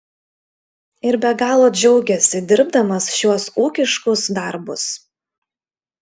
ir be galo džiaugiasi dirbdamas šiuos ūkiškus darbus